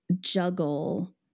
juggle